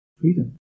freedom